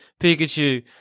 Pikachu